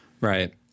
Right